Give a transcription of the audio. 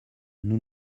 nous